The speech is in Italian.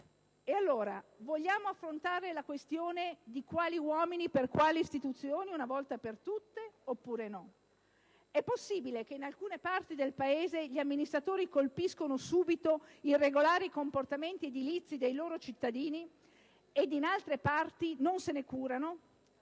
E allora vogliamo affrontare la questione di quali uomini per quali istituzioni una volta per tutte, oppure no? È possibile che in alcune parti del Paese gli amministratori colpiscono subito irregolari comportamenti edilizi dei loro cittadini ed in altre parti non se ne curano,